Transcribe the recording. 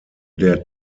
der